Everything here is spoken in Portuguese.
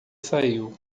saiu